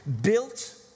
Built